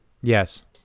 Yes